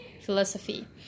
philosophy